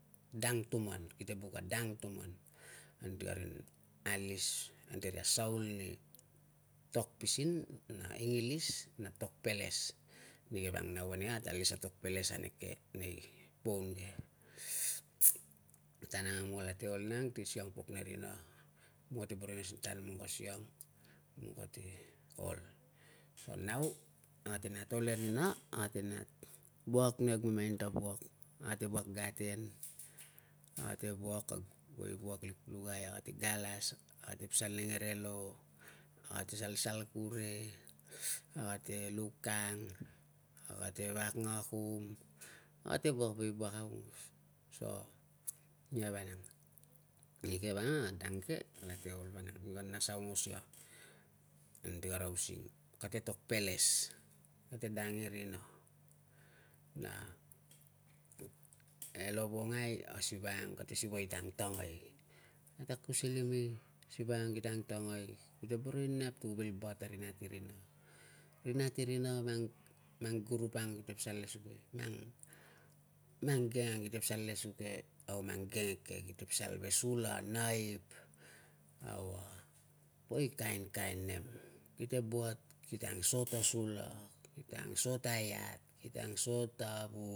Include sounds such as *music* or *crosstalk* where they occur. Dang tuman, kite buk a dang tuman anti karin alis anti karin asaul nei tokpisin na ingilis na tokpeles. Nike vang nau kane ate alis na tokpeles aneke anenei phone ke *noise* tan ang nemlong kalate ol nang ti siang pok ne rina, nemlong te boro i nas ni tan ang nemlong ka siang, nemlong kate ol. A nau ate nat ol e rina, ate nat wuak ni kag mamain ta wuak. Ate wuak gaten, ate wuak ni kag poi wuak lik pulakai, ate galas, ate pasal ne ngerelo, a kate sasal kure, a kate luk kang, a kate vak ngakum, ate wuak poi wuak aungos so, nia vanang. Nike vang a dang ke alate ol vanang, mika nas aungos ia anti kara using. Kate tokpeles, kate dang i rina na e lovongai a siva ang kate siva i te angtangai. Nata akusil imi, siva ang kita angtangai, kute boro inap ti ku bil bat ari nat i rina. Ri nat i rina, mang, mang gurup ang kita pasal lesuge, mang gang ang kita pasal lesuge au mang gang eke. Kite pasal ve sula, naip, au a po kainkain nem. Kite buat kite angso ta sula, kite ang so ta iat, kita angso ta